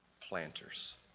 planters